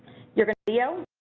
your video